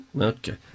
Okay